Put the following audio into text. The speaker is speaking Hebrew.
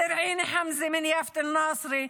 זרעיני חמזה מיפיע נצרת,